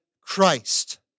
Christ